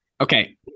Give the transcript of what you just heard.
Okay